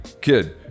kid